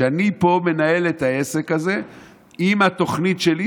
שאני פה מנהל את העסק הזה עם התוכנית שלי,